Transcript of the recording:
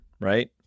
right